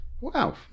Wow